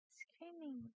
screaming